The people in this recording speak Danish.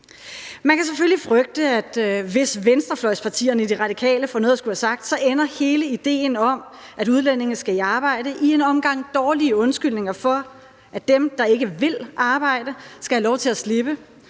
Man kan selvfølgelig frygte, at hvis venstrefløjspartierne og De Radikale får noget at skulle have sagt, så ender hele ideen om, at udlændinge skal i arbejde, i en omgang dårlige undskyldninger for, at dem, der ikke vil arbejde, skal have lov til at slippe,